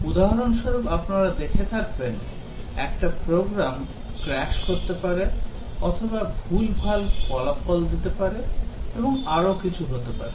উদাহরণ স্বরূপ আপনারা দেখে থাকবেন একটা প্রোগ্রাম ক্রাশ করতে পারে অথবা ভুলভাল ফলাফল দিতে পারে এবং আরো কিছু হতে পারে